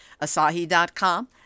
Asahi.com